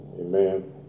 Amen